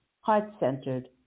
heart-centered